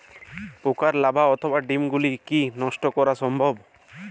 পোকার লার্ভা অথবা ডিম গুলিকে কী নষ্ট করা সম্ভব?